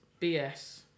BS